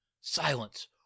Silence